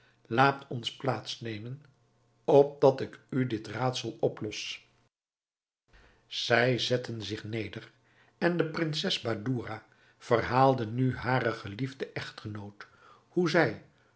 laat ons plaats nemen opdat ik u dit raadsel oplos zij zetten zich neder en de prinses badoura verhaalde nu haren geliefden echtgenoot hoe zij